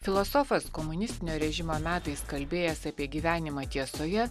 filosofas komunistinio režimo metais kalbėjęs apie gyvenimą tiesoje